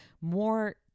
more